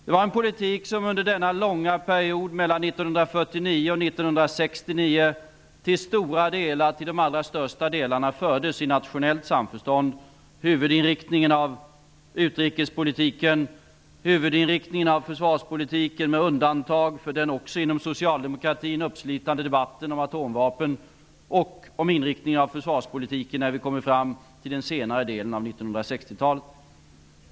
Det var en politik som under denna långa period, mellan 1949 och 1969, till de allra största delarna fördes i nationellt samförstånd. Det gällde för huvudinriktningen av utrikespolitiken och av försvarspolitiken, med undantag för den också inom socialdemokratin uppslitande debatten om atomvapnen. Det gällde också för inriktningen av försvarspolitiken under senare delen av 1960-talet.